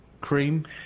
Cream